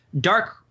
dark